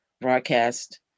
broadcast